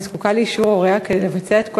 היא זקוקה לאישור הוריה כדי לבצע את כל